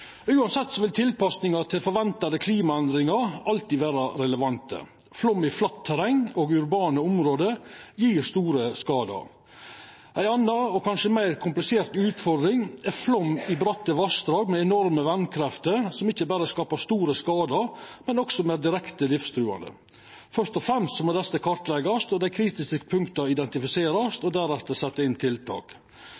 Uansett vil tilpassingar til forventa klimaendringar alltid vera relevante. Flaum i flatt terreng og urbane område gjev store skadar. Ei anna og kanskje meir komplisert utfordring er flaum i bratte vassdrag med enorme vasskrefter som ikkje berre skaper store skadar, men som òg er direkte livstruande. Først og fremst må dette kartleggjast og dei kritiske punkta identifiserast,